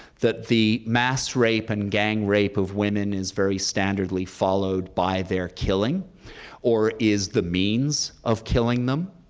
that the mass rape and gang rape of women is very standardly followed by their killing or is the means of killing them.